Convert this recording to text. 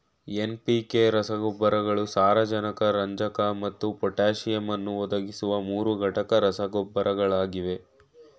NPK ರಸಗೊಬ್ಬರಗಳು ಸಾರಜನಕ ರಂಜಕ ಮತ್ತು ಪೊಟ್ಯಾಸಿಯಮ್ ಅನ್ನು ಒದಗಿಸುವ ಮೂರುಘಟಕ ರಸಗೊಬ್ಬರಗಳಾಗಿವೆ